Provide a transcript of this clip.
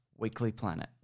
weeklyplanet